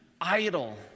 idle